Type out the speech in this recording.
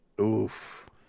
Oof